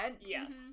Yes